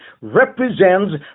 represents